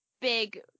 big